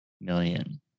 million